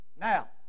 Now